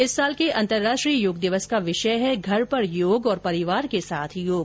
इस वर्ष के अंतराष्ट्रीय योग दिवस का विषय है घर पर योग और परिवार के साथ योग